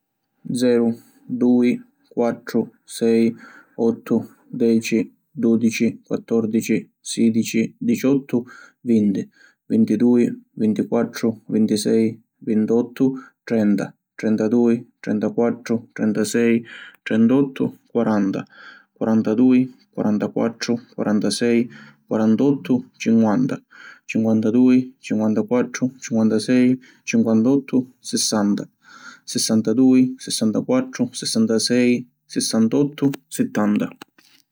Zeru, Dui, Quattru, Sei, Ottu, Deci, Dudici, Quattordici, Sidici, Diciottu, Vinti, Vintidui, Vintiquattru, Vintisei, Vintottu, Trenta, Trentadui, Trentaquattru, Trentasei, Trentottu, Quaranta, Quarantadui, Quarantaquattru, Quarantasei, Quaranteottu, Cinquanta, Cinquantadui, Cinquantaquattru, Cinquantasei, Cinquantottu, Sissanta, Sissantadui, Sissantaquattru, Sissantasei, Sissantottu, Sittanta…